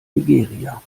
nigeria